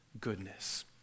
goodness